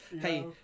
Hey